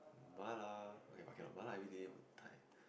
mala okay but cannot mala everyday will die